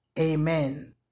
amen